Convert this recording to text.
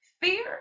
Fear